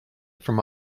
from